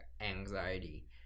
anxiety